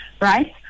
right